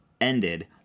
ended